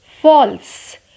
false